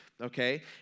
okay